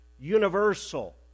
universal